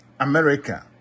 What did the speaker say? America